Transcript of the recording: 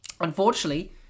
unfortunately